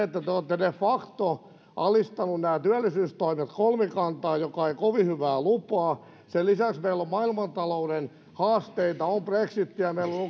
te olette de facto alistaneet työllisyystoimet kolmikantaan mikä ei kovin hyvää lupaa ja sen lisäksi meillä on maailmantalouden haasteita on brexitiä meillä